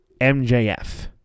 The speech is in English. MJF